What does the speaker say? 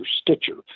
Stitcher